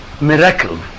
miracle